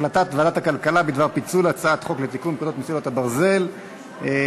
החלטת ועדת הכלכלה בדבר פיצול הצעת חוק לתיקון פקודת מסילות הברזל עברה.